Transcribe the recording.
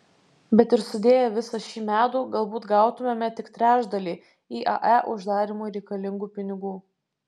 bet ir sudėję visą šį medų galbūt gautumėme tik trečdalį iae uždarymui reikalingų pinigų